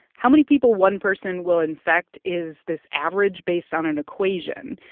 how many people one person will infect is this average based on an equation.